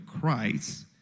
Christ